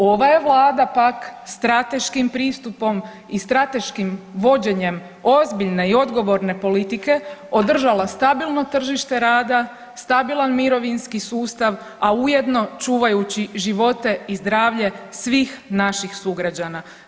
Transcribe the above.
Ova je Vlada pak strateškim pristupom i strateškim vođenjem ozbiljne i odgovorne politike održala stabilno tržište rada, stabilan mirovinski sustav, a jedno čuvajući živote i zdravlje svih naših sugrađana.